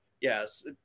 yes